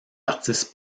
artistes